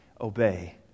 obey